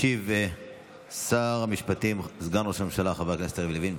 ישיב שר המשפטים וסגן ראש הממשלה חבר הכנסת יריב לוין,